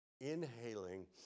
inhaling